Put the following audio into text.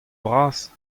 bras